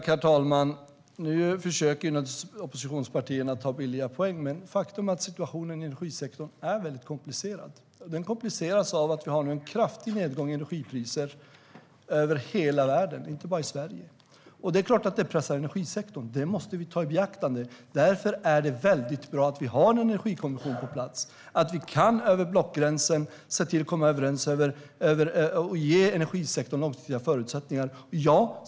Herr talman! Nu försöker oppositionspartierna ta billiga poäng, men faktum är att situationen i energisektorn är väldigt komplicerad. Den kompliceras av att vi har en kraftig nedgång i energipriser över hela världen, inte bara i Sverige. Det är klart att det pressar energisektorn; det måste vi ta i beaktande. Därför är det väldigt bra att vi har en energikommission på plats och att vi kan komma överens över blockgränsen och ge energisektorn långsiktiga förutsättningar.